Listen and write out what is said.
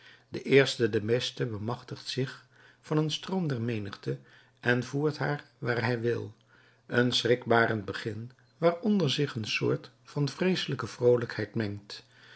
de eerste de beste bemachtigt zich van een stroom der menigte en voert haar waar hij wil een schrikbarend begin waaronder zich een soort van vreeselijke vroolijkheid mengt